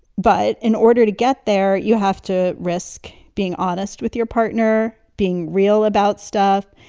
but in order to get there, you have to risk being honest with your partner, being real about stuff.